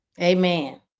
Amen